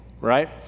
right